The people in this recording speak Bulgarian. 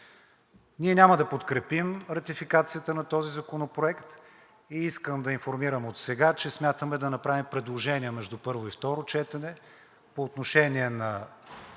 Ние няма да подкрепим ратификацията на този законопроект и искам да информирам отсега, че смятаме да направим предложения между първо и второ четене по отношение на